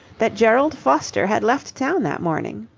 that gerald foster had left town that morning.